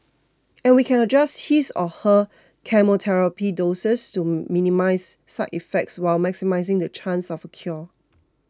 and we can adjust his or her chemotherapy doses to minimise side effects while maximising the chance of a cure